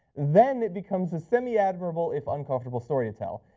then it becomes a semi-admirable, if uncomfortable story to tell.